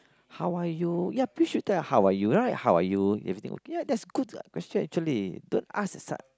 how are you yeah please should tell how are you right how are you everything okay yeah that's good question actually don't ask a s~